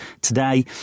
today